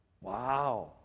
Wow